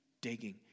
digging